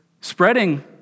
spreading